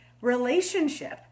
relationship